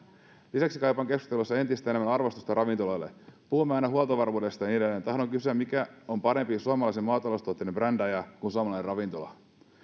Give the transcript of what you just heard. lisäksi kaipaan keskustelussa entistä enemmän arvostusta ravintoloille puhumme aina huoltovarmuudesta ja tahdon kysyä mikä on parempi suomalaisten maataloustuotteiden brändääjä kuin suomalainen ravintola